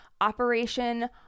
Operation